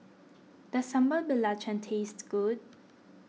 does Sambal Belacan taste good